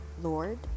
Lord